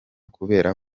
kubera